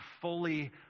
fully